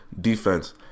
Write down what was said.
defense